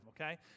okay